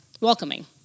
welcoming